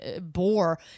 bore